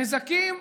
הנזקים,